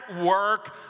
work